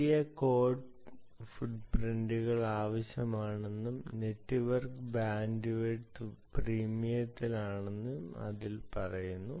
ചെറിയ കോഡ് ഫുട്പ്രിന്റുകൾ ആവശ്യമാണെന്നും നെറ്റ്വർക്ക് ബാൻഡ്വിഡ്ത്ത് പ്രീമിയത്തിലാണെന്നും അതിൽ പറയുന്നു